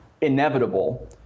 inevitable